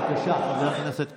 בבקשה, חבר הכנסת קיש.